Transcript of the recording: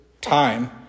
time